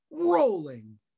Rolling